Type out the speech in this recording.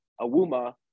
Awuma